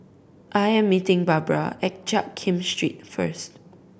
I am meeting Barbara at Jiak Kim Street first